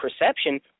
perception